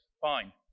fine